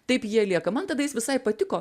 taip jie lieka man tada jis visai patiko